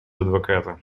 адвоката